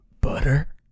Butter